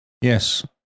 Yes